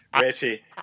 Richie